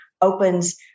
opens